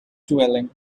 dwelling